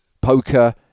poker